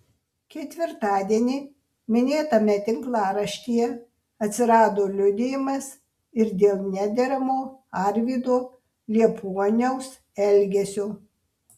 ketvirtadienį minėtame tinklaraštyje atsirado liudijimas ir dėl nederamo arvydo liepuoniaus elgesio